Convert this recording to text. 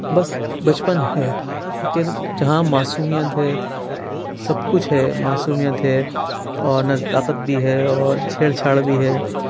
بس بچپن ہے کہ جہاں معصومیت ہے سب کچھ ہے معصومیت ہے اور نزاکت بھی ہے اور چھیڑ چھاڑ بھی ہے